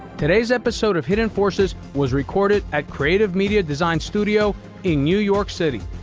today's episode of hidden forces was recorded at creative media design studio in new york city.